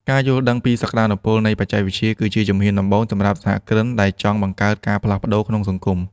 ការយល់ដឹងពីសក្ដានុពលនៃបច្ចេកវិទ្យាគឺជាជំហានដំបូងសម្រាប់សហគ្រិនដែលចង់បង្កើតការផ្លាស់ប្តូរក្នុងសង្គម។